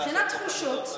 מבחינת תחושות,